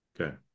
okay